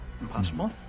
Impossible